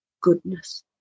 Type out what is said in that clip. goodness